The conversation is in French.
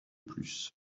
plus